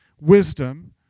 Wisdom